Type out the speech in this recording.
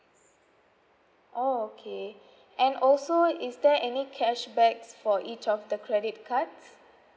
orh okay and also is there any cashback for each of the credit card